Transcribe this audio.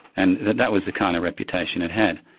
and that that was the kind of reputation it had.